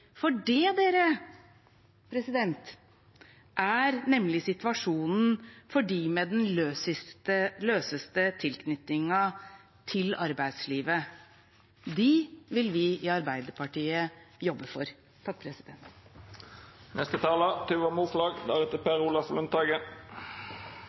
For det er nemlig situasjonen for dem med den løseste tilknytningen til arbeidslivet. De vil vi i Arbeiderpartiet jobbe for.